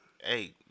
Hey